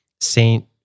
Saint